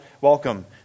welcome